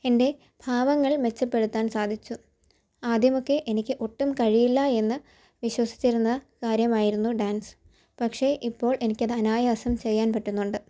എൻ്റെ ഭാവങ്ങൾ മെച്ചപ്പെടുത്താൻ സാധിച്ചു ആദ്യമൊക്കെ എനിക്ക് ഒട്ടും കഴിയില്ല എന്ന് വിശ്വസിച്ചിരുന്ന കാര്യമായിരുന്നു ഡാൻസ് പക്ഷെ ഇപ്പോൾ എനിക്കത് അനായാസം ചെയ്യാൻ പറ്റുന്നുണ്ട്